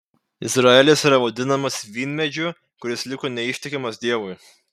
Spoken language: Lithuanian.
izraelis yra vadinamas vynmedžiu kuris liko neištikimas dievui